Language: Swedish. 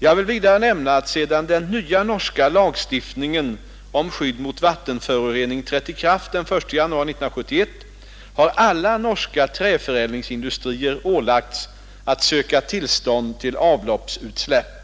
Jag vill vidare nämna att sedan den nya norska lagstiftningen om skydd mot vattenförorening trätt i kraft den 1 januari 1971 har alla norska träförädlingsin dustrier ålagts att söka tillstånd till avloppsutsläpp.